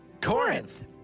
Corinth